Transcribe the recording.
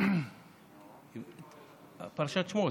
פרשת שמות.